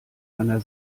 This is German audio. einer